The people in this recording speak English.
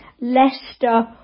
Leicester